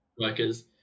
workers